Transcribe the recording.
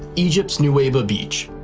egypt's nuweiba beach.